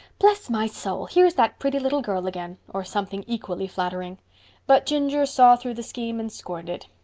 bless my soul, here's that pretty little girl again, or something equally flattering but ginger saw through the scheme and scorned it.